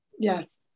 Yes